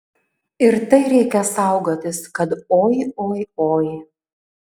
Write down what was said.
ir tai reikia saugotis kad oi oi oi